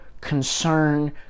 concern